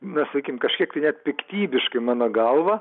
na sakykim kažkiek net nepiktybiškai mano galva